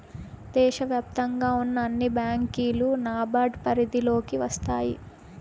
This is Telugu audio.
దేశ వ్యాప్తంగా ఉన్న అన్ని బ్యాంకులు నాబార్డ్ పరిధిలోకి వస్తాయి